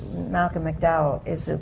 malcolm mcdowell. is a.